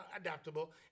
adaptable